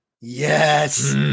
Yes